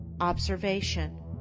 observation